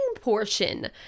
portion